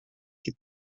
que